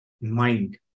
mind